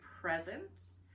presence